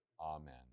Amen